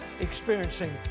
experiencing